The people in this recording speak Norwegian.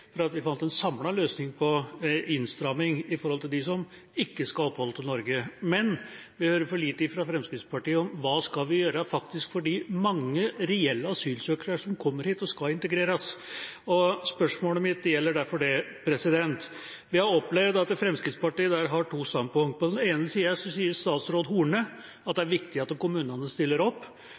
for at vi fant en samlet løsning på innstramming med hensyn til dem som ikke skal få opphold i Norge. Men vi hører for lite fra Fremskrittspartiet om hva vi skal gjøre for de mange reelle asylsøkerne som kommer hit, og som skal integreres. Spørsmålet mitt gjelder derfor det. Vi opplever at Fremskrittspartiet der har to standpunkter. På den ene siden sier statsråd Horne at det er viktig at kommunene stiller opp.